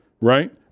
right